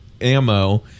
ammo